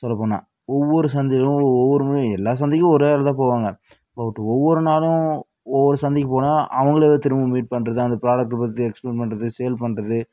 சொல்லப் போனால் ஒவ்வொரு சந்தையும் ஒவ்வொருமே எல்லா சந்தைக்கும் ஒரே ஆள் தான் போவாங்க பட் ஒவ்வொரு நாளும் ஒவ்வொரு சந்தைக்கு போனால் அவங்களே திரும்பவும் மீட் பண்ணுறது அந்த ப்ராடக்ட்டு பற்றி எக்ஸ்பிளைன் பண்ணுறது சேல் பண்ணுறது